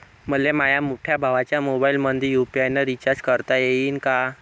मले माह्या मोठ्या भावाच्या मोबाईलमंदी यू.पी.आय न रिचार्ज करता येईन का?